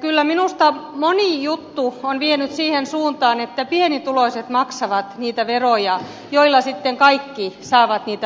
kyllä minusta moni juttu on vienyt siihen suuntaan että pienituloiset maksavat niitä veroja joilla kaikki sitten saavat niitä palveluita